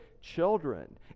children